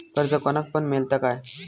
कर्ज कोणाक पण मेलता काय?